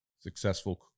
successful